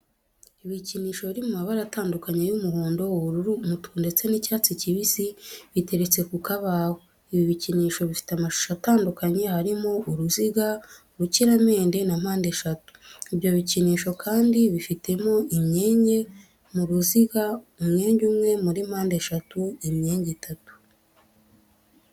Ibikinisho biri mu mabara atandukanye y'umuhondo, ubururu, umutuku ndetse n'icyatsi kibisi biteretse ku kabaho. Ibi bikinisho bifite amashusho atandukanye harimo uruziga, urukiramende na mpandeshatu. Ibyo bikinisho kandi bifitemo imyenge, mu ruziga umwenge umwe, muri mpandeshatu imyenge itatu.